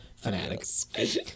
fanatics